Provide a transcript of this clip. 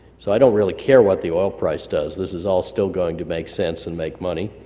so i don't really care what the oil price does this is all still going to make sense and make money.